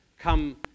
Come